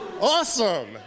awesome